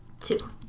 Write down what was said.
Two